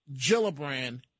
Gillibrand